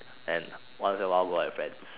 and once in a while go out with friends